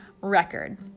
record